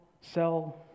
sell